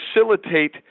facilitate